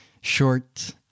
short